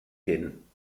gen